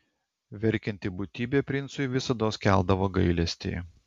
verkianti būtybė princui visados keldavo gailestį